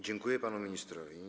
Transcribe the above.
Dziękuję panu ministrowi.